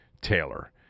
Taylor